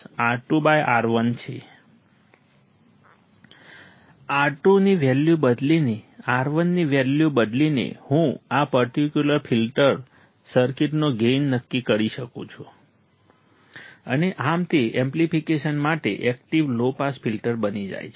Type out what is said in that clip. R2 ની value બદલીને અને R1 ની વેલ્યુ બદલીને હું આ પર્ટિક્યુલર ફિલ્ટર સર્કિટનો ગેઇન નક્કી કરી શકું છું અને આમ તે એમ્પ્લીફિકેશન સાથે એકટીવ લો પાસ ફિલ્ટર બની જાય છે